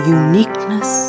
uniqueness